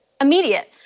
Immediate